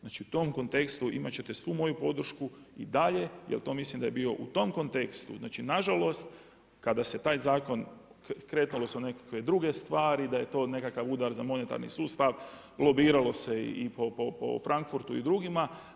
Znači u tom kontekstu imati ćete svu moju podršku i dalje, jer to mislim da je bio u tom kontekstu, znači nažalost, kada se taj zakon kretalo sa nekakve druge stvari, da je to nekakav udar za monetarni sustav, lobiralo se i po Frankfurtu i drugima.